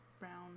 Brown